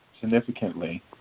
significantly